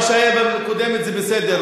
מה שהיה בקודמת זה בסדר,